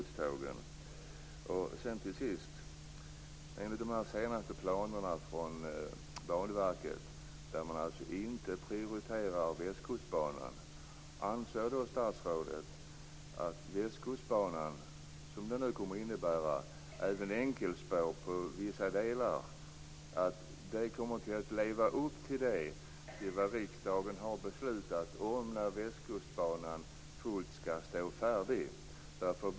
Detta kommer att innebära enkelspår på vissa delar. Anser statsrådet att Västkustbanan kommer att leva upp till det som riksdagen har beslutat när den kommer att stå fullt färdig?